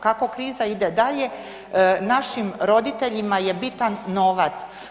Kako kriza ide dalje našim roditeljima je bitan novac.